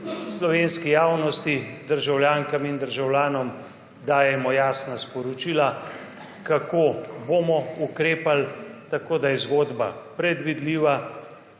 Slovenski javnosti, državljankam in državljanom dajemo jasna sporočila, kako bomo ukrepali, tako da je zgodba predvidljiva,